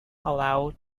allow